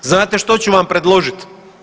Znate što ću vam predložiti?